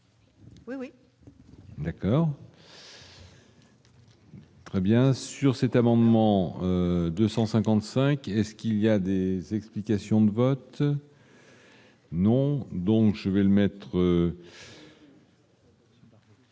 Oui, oui, d'accord. Très bien sur cet amendement 255 est ce qu'il y a des explications de vote. Non, donc je vais le mettre.